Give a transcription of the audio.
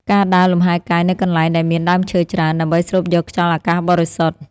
ការដើរលំហែកាយនៅកន្លែងដែលមានដើមឈើច្រើន ដើម្បីស្រូបយកខ្យល់អាកាសបរិសុទ្ធ។